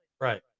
Right